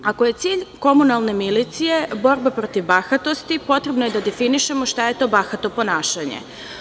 Ako je cilj komunalne milicije borba protiv bahatosti, potrebno je da definišemo šta je to bahato ponašanje.